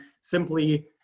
simply